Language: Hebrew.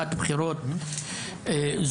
בהבטחת בחירות זו,